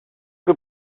que